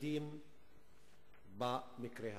תלמידים במקרה הזה.